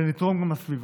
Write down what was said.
ונתרום גם לסביבה.